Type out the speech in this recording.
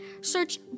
Search